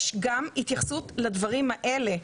יש גם התייחסות לדברים האלה.